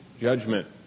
judgment